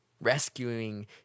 rescuing